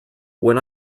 when